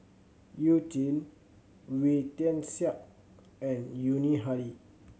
You Jin Wee Tian Siak and Yuni Hadi